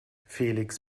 felix